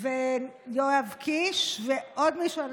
הפלא ופלא, יש לנו